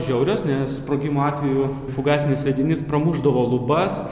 žiaurios nes sprogimo atveju fugasinis sviedinys pramušdavo lubas